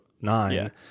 nine